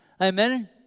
Amen